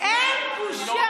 אין בושה.